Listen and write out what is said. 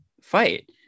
fight